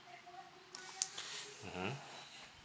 mmhmm